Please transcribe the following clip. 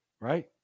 right